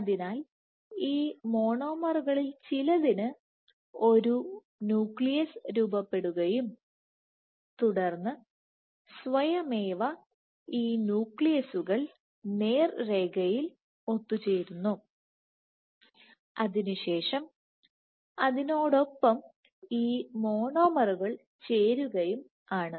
അതിനാൽ ഈ മോണോമറുകളിൽ ചിലതിന് ഒരു ന്യൂക്ലിയസ് രൂപപ്പെടുകയും തുടർന്ന് തുടർന്ന് സ്വയമേവ ഈ ന്യൂക്ലിയുകൾ നേർരേഖയിൽ ഒത്തുചേരുന്നു അതിനുശേഷം അതിനോടൊപ്പം ഈ മോണോമറുകൾ ചേരുകയും ആണ്